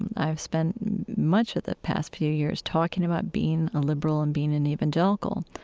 and i've spent much of the past few years talking about being a liberal and being an evangelical,